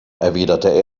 erwiderte